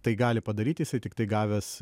tai gali padaryti jisai tiktai gavęs